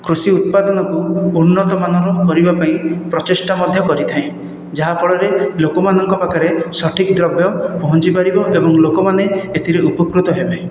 କୃଷି ଉତ୍ପାଦନକୁ ଉନ୍ନତମାନର କରିବା ପାଇଁ ପ୍ରଚେଷ୍ଟା ମଧ୍ୟ କରିଥାଏ ଯାହା ଫଳରେ ଲୋକମାନଙ୍କ ପାଖରେ ସଠିକ ଦ୍ରବ୍ୟ ପହଞ୍ଚି ପାରିବ ଏବଂ ଲୋକମାନେ ଏଥିରୁ ଉପକୃତ ହେବେ